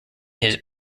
his